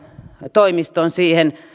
toimiston siihen